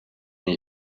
told